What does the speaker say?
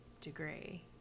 degree